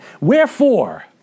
wherefore